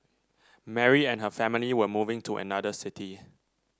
Mary and her family were moving to another city